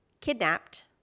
kidnapped